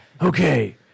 Okay